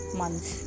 months